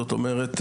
זאת אומרת,